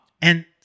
And-